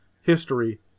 history